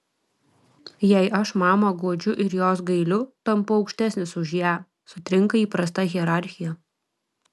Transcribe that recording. jei aš mamą guodžiu ir jos gailiu tampu aukštesnis už ją sutrinka įprasta hierarchija